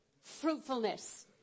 fruitfulness